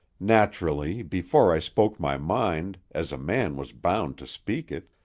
naturally, before i spoke my mind, as a man was bound to speak it,